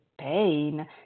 pain